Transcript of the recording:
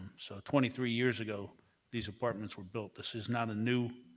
so twenty three years ago these apartments were built. this is not a new